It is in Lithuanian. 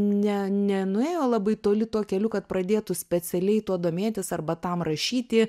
ne nenuėjo labai toli tuo keliu kad pradėtų specialiai tuo domėtis arba tam rašyti